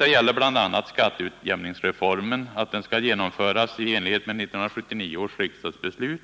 bl.a. vårt krav att skatteutjämningsreformen skall genomföras i enlighet med 1979 års riksdagsbeslut.